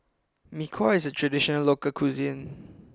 Mee Kuah is a traditional local cuisine